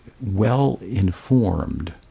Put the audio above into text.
well-informed